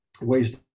ways